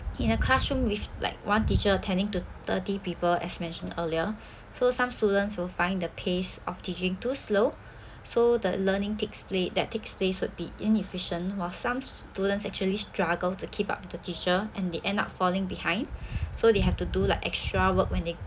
in a classroom with like one teacher tending to thirty people as mentioned earlier so some students will find the pace of teaching too slow so the learning takes pla~ that takes place would be inefficient while some students actually struggle to keep up with the teacher and they end up falling behind so they have to do like extra work when they